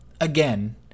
again